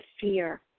fear